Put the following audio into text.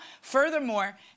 Furthermore